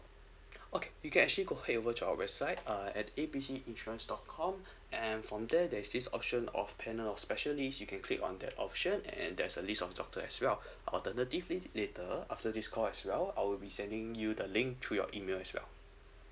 okay you can actually go ahead over to our website uh at A B C insurance dot com and from there there's this option of panel of specialist you can click on that option and there's a list of doctor as well alternatively later after this call as well I'll be sending you the link through your email as well